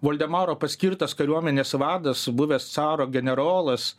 voldemaro paskirtas kariuomenės vadas buvęs caro generolas